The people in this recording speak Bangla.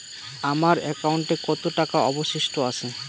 আমার একাউন্টে কত টাকা অবশিষ্ট আছে?